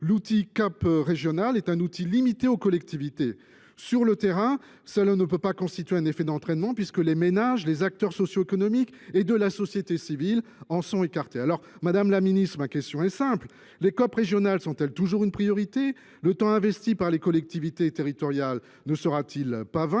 Les COP régionales sont un outil limité aux collectivités. Sur le terrain, cela ne peut constituer un effet d’entraînement puisque les ménages, les acteurs socio économiques et les acteurs de la société civile en sont écartés. Madame la ministre, ma question est simple : les COP régionales sont elles toujours une priorité ? Le temps investi par les collectivités territoriales sera t il vain ?